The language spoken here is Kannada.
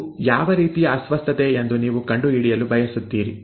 ಇದು ಯಾವ ರೀತಿಯ ಅಸ್ವಸ್ಥತೆ ಎಂದು ನೀವು ಕಂಡುಹಿಡಿಯಲು ಬಯಸುತ್ತೀರಿ